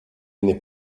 n’est